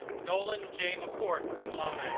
nolan j mccourt cum laude